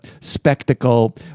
spectacle